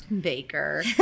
Baker